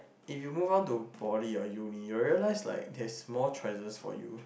if you move on to poly or Uni you're realize like there is more choices for you